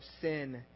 sin